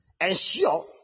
ensure